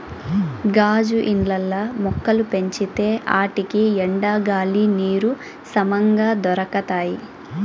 గాజు ఇండ్లల్ల మొక్కలు పెంచితే ఆటికి ఎండ, గాలి, నీరు సమంగా దొరకతాయి